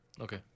okay